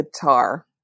guitar